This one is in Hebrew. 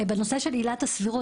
בנושא של עילת הסבירות,